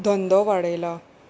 धंदो वाडयला